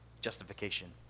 justification